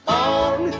on